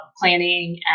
planning